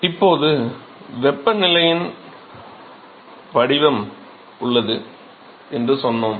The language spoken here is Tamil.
இப்போது வெப்பநிலையின் வடிவம் உள்ளது என்று சொன்னோம்